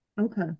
okay